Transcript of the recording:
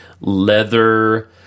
leather